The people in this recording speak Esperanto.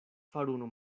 faruno